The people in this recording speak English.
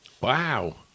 Wow